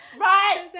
Right